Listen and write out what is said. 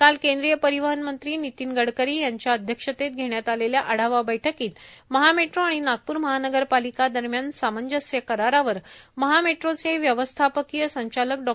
काल केंद्रीय परिवहन मंत्री नितीन गडकरी अध्यक्षतेमध्ये घेण्यात आलेल्या आढावा बैठकीत महा मेट्रो आणि नागपूर महानगरपालिका दरम्यान सामंजस्य करारावर महा मेट्रोचे व्यवस्थापकीय संचालक डॉ